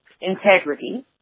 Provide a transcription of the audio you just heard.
integrity